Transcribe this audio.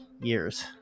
years